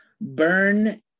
Burn